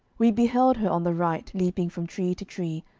we beheld her on the right leaping from tree to tree,